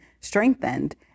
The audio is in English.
strengthened